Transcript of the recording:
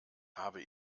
habe